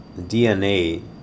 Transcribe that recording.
DNA